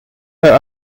her